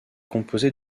composé